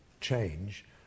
change